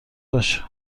باشه